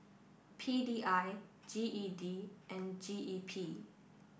P D I G E D and G E P